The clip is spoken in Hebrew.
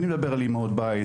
אני מדבר על אמהות בית,